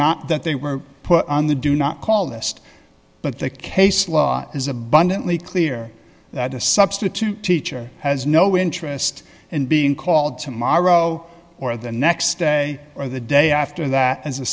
not that they were put on the do not call list but the case law is abundantly clear that the substitute teacher has no interest in being called tomorrow or the next day or the day after that as a